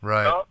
Right